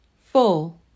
full